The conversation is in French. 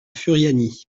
furiani